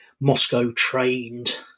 Moscow-trained